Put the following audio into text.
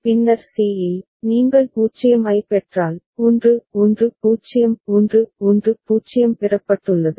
பின்னர் c இல் நீங்கள் 0 ஐப் பெற்றால் 1 1 0 1 1 0 பெறப்பட்டுள்ளது